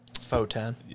Photon